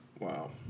Wow